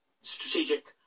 strategic